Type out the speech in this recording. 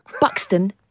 Buxton